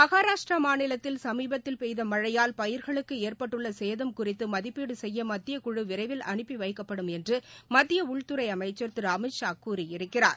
மகாராஷ்டிரா மாநிலத்தில் சமீபத்தில் பெய்த மழையால் பயிர்களுக்கு ஏற்பட்டுள்ள சேதம் குறித்து மதிப்பீடு செய்ய மத்தியக்குழு விரைவில் அனுப்பி வைக்கப்படும் என்று மத்திய உள்துறை அமைச்சர் திரு அமித்ஷா கூறியிருக்கிறார்